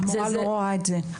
המורה לא רואה את זה.